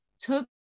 took